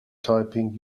typing